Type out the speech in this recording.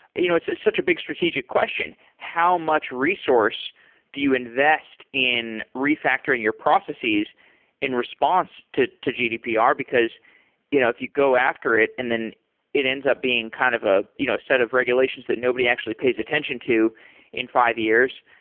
you know it's such a big strategic question how much resource do you invest in re-factoring your processes in response to to gdpr? because you know if you go after it and then it ends up being kind of a you know set of regulations that nobody actually pays attention to in five years,